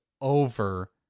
Over